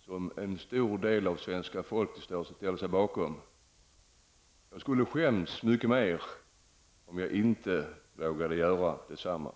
som en stor del av svenska folket ställer sig bakom. Jag skulle skämts mycket mer om jag inte vågade göra detsamma.